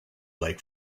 like